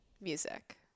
music